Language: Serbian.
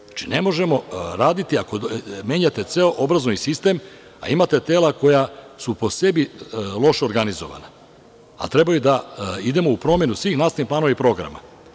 Znači, ne možemo raditi, ako menjate ceo obrazovni sistem a imate tela koja su po sebi loše organizovana, a trebaju da idemo u promenu svih nastavnih planova i programa.